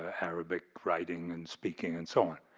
ah arabic writing and speaking, and so on.